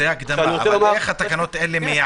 זו הקדמה, אבל איך הן מייעלות?